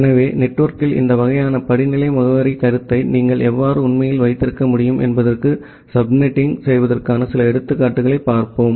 எனவே நெட்வொர்க்கில் இந்த வகையான படிநிலை முகவரி கருத்தை நீங்கள் எவ்வாறு உண்மையில் வைத்திருக்க முடியும் என்பதற்கு சப்நெட்டிங் செய்வதற்கான சில எடுத்துக்காட்டுகளைப் பார்ப்போம்